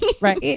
right